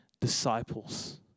disciples